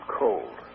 cold